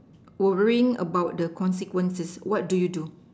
worrying about the consequences what do you do